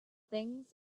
things